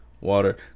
water